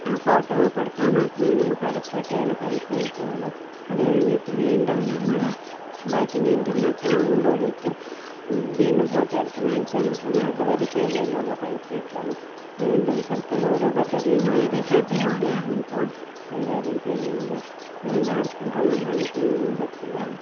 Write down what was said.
ആ ഫോട്ടോ കൊടുത്താൽ മാത്രമേ നമുക്ക് അടുത്ത ടേൺ പൈസ കിട്ടുകയുള്ളൂ അതുകഴിഞ്ഞിട്ട് വീണ്ടും നമ്മൾ ബാക്കി ലിൻ്റൽ മറ്റും ആകുമ്പോഴേക്കും വീണ്ടും ഫോട്ടോയെടുത്ത് കാണിച്ചാൽ മാത്രമേ അതുവരെ ചെയ്തതിൻ്റെയുള്ള പൈസ കിട്ടുകയുള്ളൂ അതുകൊണ്ട് സർക്കാർ ഓരോ പദ്ധതിയും വളരെ ശ്രദ്ധയോടെയാണ് ഇപ്പോൾ കൈകാര്യം ചെയ്യുന്നത് അതുകൊണ്ട് ആർക്കും കള്ളം കാണിക്കാൻ ഒന്നും പറ്റില്ല